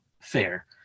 fair